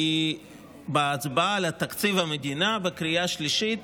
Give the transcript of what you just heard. כי בהצבעה על תקציב המדינה בקריאה שלישית,